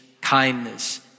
kindness